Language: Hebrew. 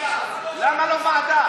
למה לא ועדה?